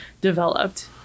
developed